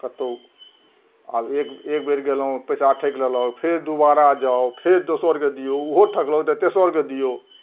कतहु आब एक एकबेर गेलहुँ पइसा ठकि लेलक फेर दोबारा जाउ फेर दोसरके दिऔ ओहो ठकलक तऽ तेसरके दिऔ